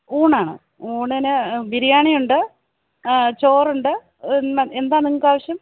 ഊണാണ് ഊണിന് ബിരിയാണി ഉണ്ട് ചോറുണ്ട് എന്താണു നിങ്ങള്ക്കാവശ്യം